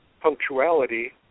punctuality